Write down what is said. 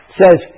says